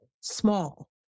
small